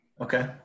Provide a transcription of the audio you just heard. Okay